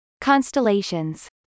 Constellations